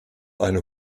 eine